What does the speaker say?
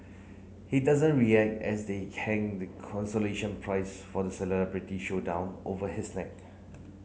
he doesn't react as they hang the consolation prize for the celebrity showdown over his neck